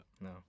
no